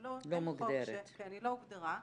לא הוגדרה.